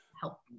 help